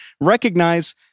recognize